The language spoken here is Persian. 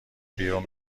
بیرون